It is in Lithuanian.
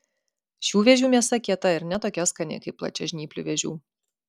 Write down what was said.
šių vėžių mėsa kieta ir ne tokia skani kaip plačiažnyplių vėžių